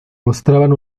mostraban